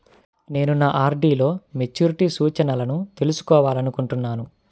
నేను నా ఆర్.డీ లో మెచ్యూరిటీ సూచనలను తెలుసుకోవాలనుకుంటున్నాను